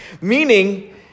meaning